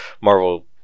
Marvel